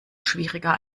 schwieriger